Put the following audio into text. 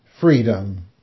freedom